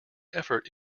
effort